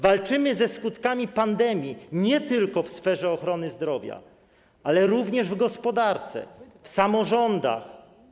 Walczymy ze skutkami pandemii nie tylko w sferze ochrony zdrowia, ale również w sferze gospodarki, samorządów.